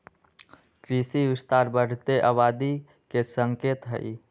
कृषि विस्तार बढ़ते आबादी के संकेत हई